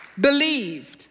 believed